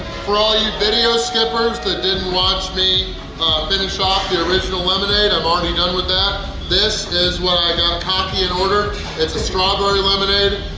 for all you video skippers that didn't watch me finish off the original lemonade i'm already done with that. this is what i got cocky and ordered it's a strawberry lemonade.